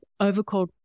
overcalled